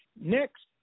Next